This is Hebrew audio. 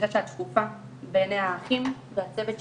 תחושה שאת שקופה בעיני האחים והצוות שם.